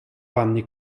pannie